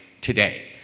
today